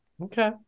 Okay